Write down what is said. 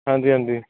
ਹਾਂਜੀ ਹਾਂਜੀ